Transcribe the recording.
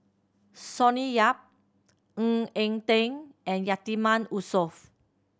Sonny Yap Ng Eng Teng and Yatiman Yusof